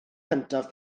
cyntaf